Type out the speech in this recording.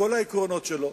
מכל העקרונות שלו,